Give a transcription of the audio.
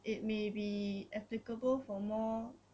it may be applicable for more